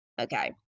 okay